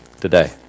today